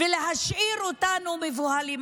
ולהשאיר אותנו מבוהלים.